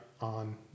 on